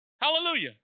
Hallelujah